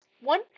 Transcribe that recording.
one